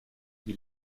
qui